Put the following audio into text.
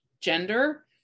gender